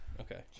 Okay